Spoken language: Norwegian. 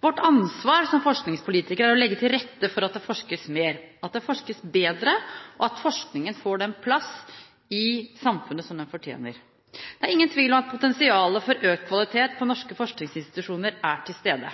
Vårt ansvar som forskningspolitikere er å legge til rette for at det forskes mer, at det forskes bedre, og at forskningen får den plassen den fortjener i samfunnet. Det er ingen tvil om at potensialet for økt kvalitet på norske forskningsinstitusjoner er til stede.